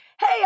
Hey